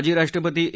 माजी राष्ट्रपती ए